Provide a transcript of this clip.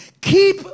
keep